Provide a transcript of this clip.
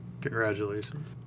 Congratulations